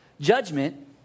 Judgment